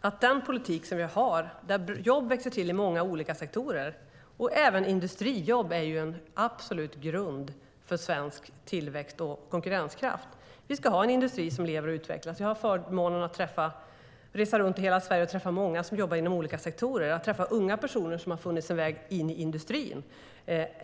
att den politik som vi har leder till att jobb växer till i många olika sektorer. Även industrijobb är en absolut grundsten för svensk tillväxt och konkurrenskraft. Vi ska ha en industri som lever och utvecklas. Jag har haft förmånen att resa runt i hela Sverige och träffa många som jobbar inom olika sektorer. Jag har träffat unga personer som har funnit sin väg in i industrin.